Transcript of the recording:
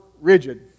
rigid